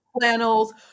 flannels